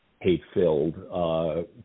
hate-filled